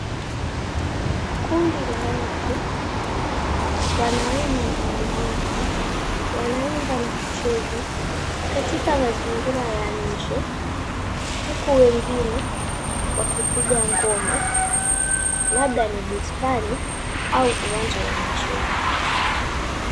Kundi la watu, wanaume na wanawake, wanaimba na kucheza katika mazingira ya nje. Huku wengine wakipiga ngoma labda ni bustani au uwanja wa michezo.